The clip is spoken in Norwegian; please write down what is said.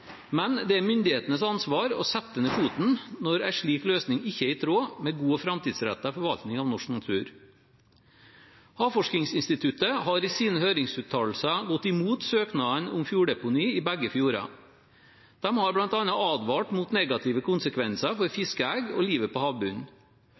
Men det er myndighetenes ansvar å sette ned foten når en slik løsning ikke er i tråd med god og framtidsrettet forvaltning av norsk natur. Havforskningsinstituttet har i sine høringsuttalelser gått imot søknadene om fjorddeponi i begge fjordene. De har bl.a. advart mot negative konsekvenser for fiskeegg og livet på